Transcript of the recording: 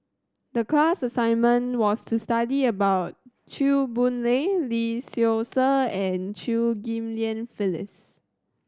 the class assignment was to study about Chew Boon Lay Lee Seow Ser and Chew Ghim Lian Phyllis